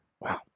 Wow